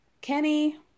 Kenny